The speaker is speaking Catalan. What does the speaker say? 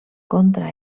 contra